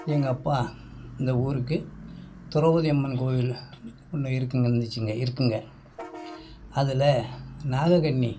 எங்கள் அப்பா இந்த ஊருக்கு திரௌபதியம்மன் கோவில் ஒன்று இருக்குதுங்க இருந்துச்சுங்க இருக்குதுங்க அதில் நாகக்கன்னி